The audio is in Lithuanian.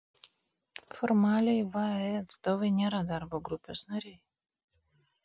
formaliai vae atstovai nėra darbo grupės nariai